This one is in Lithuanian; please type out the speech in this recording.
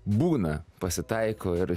būna pasitaiko ir